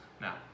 Now